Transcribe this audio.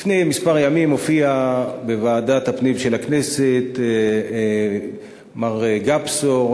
לפני כמה ימים הופיע בוועדת הפנים של הכנסת מר גפסו,